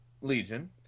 Legion